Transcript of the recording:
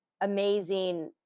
amazing